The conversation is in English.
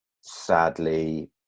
sadly